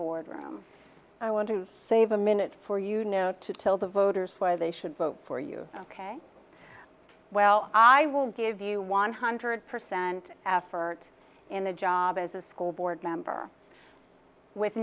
boardroom i want to save a minute for you know to tell the voters why they should vote for you ok well i will give you one hundred percent effort in a job as a school board member with